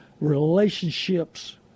relationships